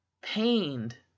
pained